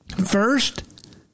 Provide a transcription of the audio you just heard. first